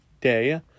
day